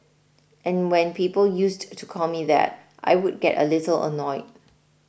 and when people used to call me that I would get a little annoyed